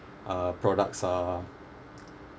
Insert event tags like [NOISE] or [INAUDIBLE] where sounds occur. uh products are [NOISE]